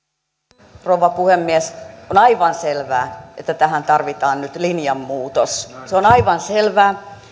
arvoisa rouva puhemies on aivan selvää että tähän tarvitaan nyt linjan muutos se on aivan selvää